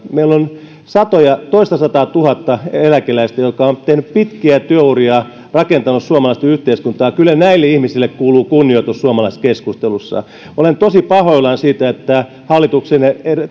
meillä on toistasataatuhatta eläkeläistä jotka ovat tehneet pitkiä työuria ja rakentaneet suomalaista yhteiskuntaa ja kyllä näille ihmisille kuuluu kunnioitus suomalaisessa keskustelussa olen tosi pahoillani siitä että